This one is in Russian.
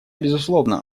безусловно